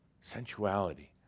sensuality